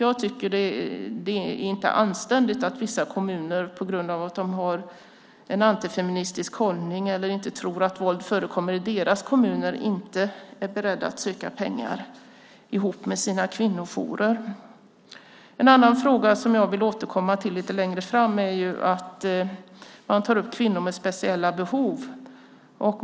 Jag tycker att det inte är anständigt att vissa kommuner på grund av att de har en antifeministisk hållning eller inte tror att våld förekommer i deras kommun inte är beredda att söka pengar ihop med sina kvinnojourer. En annan fråga som jag vill återkomma till lite längre fram är att man tar upp frågan om kvinnor med speciella behov.